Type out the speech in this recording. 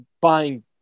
buying